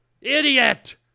Idiot